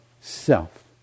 self